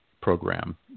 program